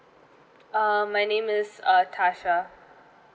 uh my name is err tasha